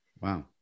Wow